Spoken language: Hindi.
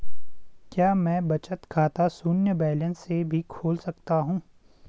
क्या मैं बचत खाता शून्य बैलेंस से भी खोल सकता हूँ?